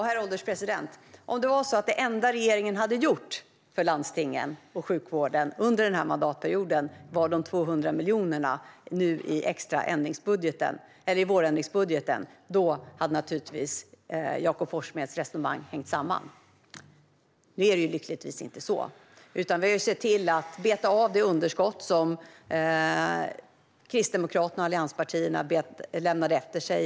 Herr ålderspresident! Om det var så att det enda regeringen hade gjort för landstingen och sjukvården under den här mandatperioden var att lägga de 200 extra miljonerna i vårändringsbudgeten hade Jakob Forssmeds resonemang hängt samman. Lyckligtvis är det inte så. Vi har sett till att beta av det underskott i de offentliga finanserna som Kristdemokraterna och de andra allianspartierna lämnade efter sig.